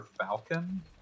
Falcon